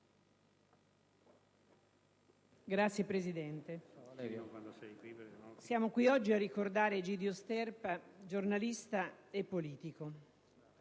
Signor Presidente, siamo qui oggi a ricordare Egidio Sterpa, giornalista e politico.